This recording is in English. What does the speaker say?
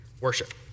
worship